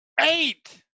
Eight